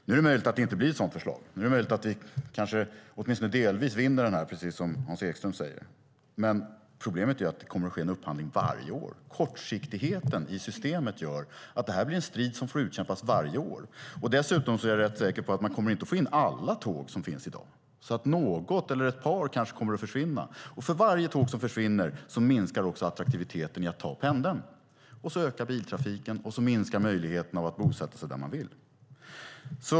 Nu är det möjligt att det inte blir ett sådant förslag. Det är möjligt att vi kanske åtminstone delvis vinner detta, precis som Hans Ekström säger. Problemet är att det kommer att ske en upphandling varje år. Kortsiktigheten i systemet gör att det blir en strid som får utkämpas varje år. Dessutom är jag rätt säker på att man inte kommer att få in alla tåg som finns i dag. Något eller par kanske kommer att försvinna. För varje tåg som försvinner minskar attraktiviteten i att ta pendeln. Därmed ökar biltrafiken och minskar möjligheterna att bosätta sig där man vill.